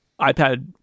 iPad